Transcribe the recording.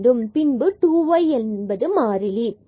பின்பு 2y மாறிலி ஆகும்